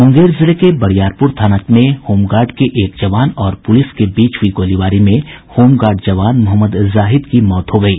मुंगेर जिले के बरियारपुर थाना में होमगार्ड के एक जवान और पुलिस के बीच हुई गोलीबारी में होमगार्ड जवान मोहम्मद जाहिद की मौत हो गयी